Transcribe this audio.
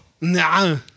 No